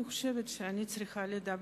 אני חושבת שאני צריכה לומר